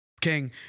King